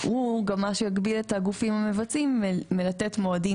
הוא גם מה שיגביל את הגופים המבצעים מלתת מועדים,